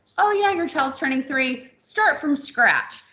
oh yeah, your child's turning three. start from scratch.